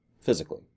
physically